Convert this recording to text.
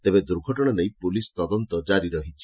ତେବେ ଦୁର୍ଘଟଣା ନେଇ ପୁଲିସ୍ ତଦନ୍ତ ଜାରି ରହିଛି